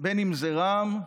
אם זה רע"מ,